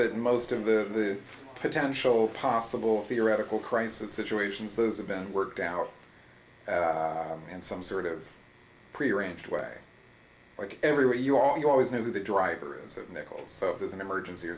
that most of the potential possible theoretical crisis situations those have been worked out and some sort of prearranged where i work every where you are you always know who the driver is of nichols so there's an emergency or